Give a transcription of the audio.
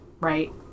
Right